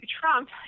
Trump